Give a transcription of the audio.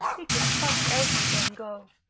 he could trust elsie bengough,